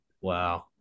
wow